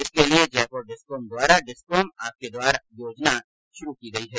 इसके लिये जयपुर डिस्कॉम द्वारा डिस्कॉम आपके द्वार योजना शुरु की गई है